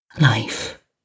life